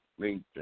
LinkedIn